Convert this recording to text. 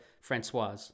Francois